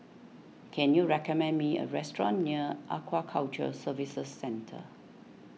can you recommend me a restaurant near Aquaculture Services Centre